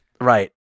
Right